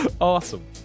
awesome